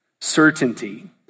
Certainty